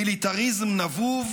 מיליטריזם נבוב,